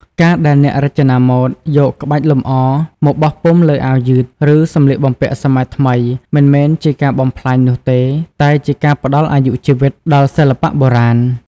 ការដែលអ្នករចនាម៉ូដយក ក្បាច់លម្អ មកបោះពុម្ពលើអាវយឺត ឬសម្លៀកបំពាក់សម័យថ្មី មិនមែនជាការបំផ្លាញនោះទេ តែជាការផ្តល់អាយុជីវិតថ្មីដល់សិល្បៈបុរាណ។